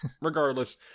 regardless